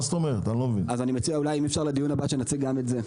אני מציע שלדיון הבא שיביאו גם את זה.